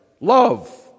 Love